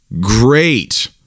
great